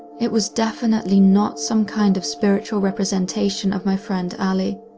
it was definitely not some kind of spiritual representation of my friend allie.